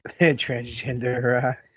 transgender